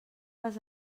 vas